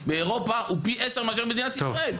באירופה הוא פי עשר מאשר במדינת ישראל.